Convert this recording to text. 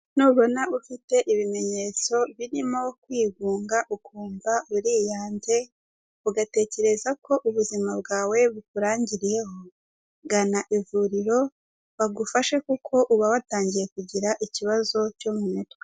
Nubona ufite ibimenyetso birimo kwigunga ukumva uriyanze, ugatekereza ko ubuzima bwawe bukurangiriyeho, gana ivuriro bagufashe kuko uba watangiye kugira ikibazo cyo mu mutwe.